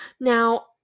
Now